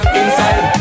inside